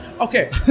Okay